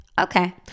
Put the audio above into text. okay